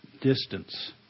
distance